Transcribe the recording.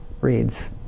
reads